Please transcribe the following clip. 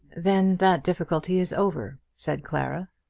then that difficulty is over, said clara.